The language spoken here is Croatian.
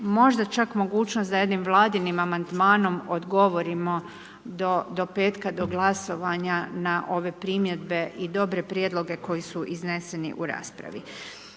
možda čak mogućnosti da jednim vladinim amandmanom odgovorimo do petka do glasovanja na ove primjedbe i dobre prijedloge koji su izneseni u raspravi.